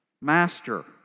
Master